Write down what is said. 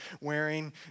wearing